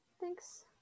thanks